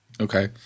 Okay